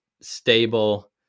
stable